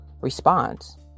response